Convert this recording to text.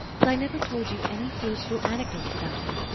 that i never told you any foolish little anecdotes about him?